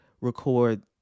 record